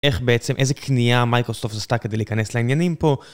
איך בעצם, איזה קנייה מייקרוסופט עשתה כדי להיכנס לעניינים פה.